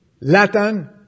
Latin